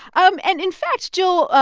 um and, in fact, jill,